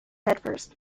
headfirst